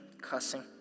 cussing